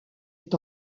est